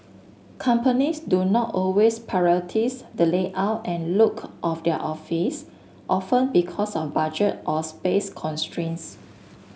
companies do not always prioritise the layout and look of their office often because of budget or space constraints